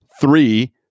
three